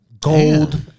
gold